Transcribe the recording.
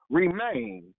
remain